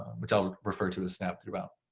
which i'll refer to as snap throughout.